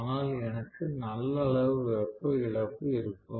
ஆனால் எனக்கு நல்ல அளவு வெப்ப இழப்பு இருக்கும்